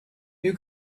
you